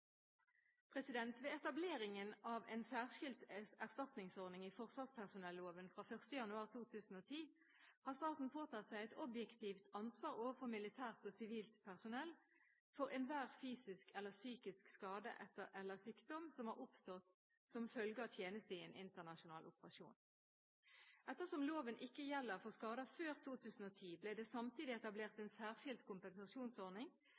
Ved etableringen av en særskilt erstatningsordning i forsvarspersonelloven fra 1. januar 2010 har staten påtatt seg et objektivt ansvar overfor militært og sivilt personell for enhver fysisk eller psykisk skade eller sykdom som har oppstått som følge av tjeneste i en internasjonal operasjon. Ettersom loven ikke gjelder for skader før 2010, ble det samtidig etablert en særskilt kompensasjonsordning